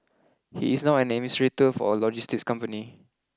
he is now an administrator for a logistics company